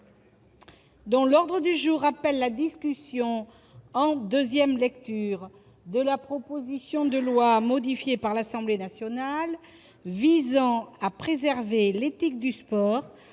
L'ordre du jour appelle la discussion, en deuxième lecture, de la proposition de loi, modifiée par l'Assemblée nationale, visant à préserver l'éthique du sport,